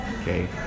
okay